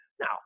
now